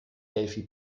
delphi